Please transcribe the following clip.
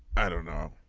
i don't know.